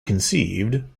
conceived